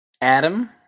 Adam